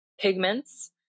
pigments